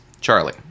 Charlie